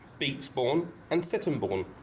bekesbourne and sittingbourne,